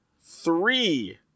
three